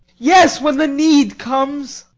yes when the need comes.